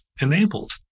enabled